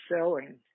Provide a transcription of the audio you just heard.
selling